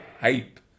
hype